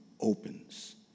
opens